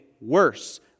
worse